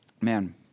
man